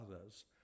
others